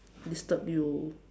disturb you